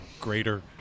greater